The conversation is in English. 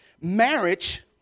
marriage